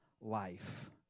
life